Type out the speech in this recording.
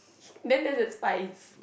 then that's the spice